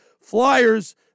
Flyers